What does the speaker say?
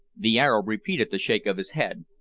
the arab repeated the shake of his head,